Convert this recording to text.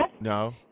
No